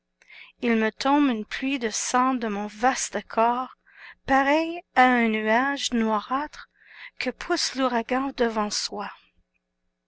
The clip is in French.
il me tombe une pluie de sang de mon vaste corps pareil à un nuage noirâtre que pousse l'ouragan devant soi